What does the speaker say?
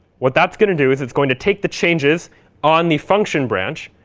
what that's going to do is it's going to take the changes on the function branch,